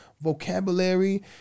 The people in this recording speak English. vocabulary